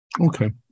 Okay